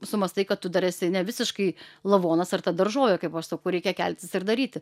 sumąstai kad tu dar esi nevisiškai lavonas ar ta daržovė kaip aš sakau reikia keltis ir daryti